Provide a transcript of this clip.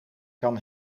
kan